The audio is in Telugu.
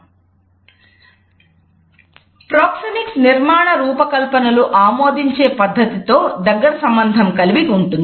ప్రోక్సెమిక్స్ నిర్మాణ రూపకల్పనలు ఆమోదించే పద్ధతితో దగ్గరి సంబంధం కలిగి ఉంటుంది